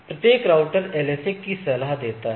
प्रत्येक router LSA की सलाह देता है